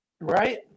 Right